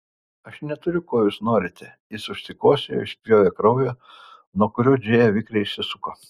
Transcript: aš neturiu ko jūs norite jis užsikosėjo išspjovė kraują nuo kurio džėja vikriai išsisuko